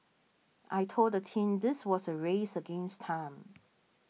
I told the team this was a race against time